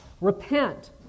Repent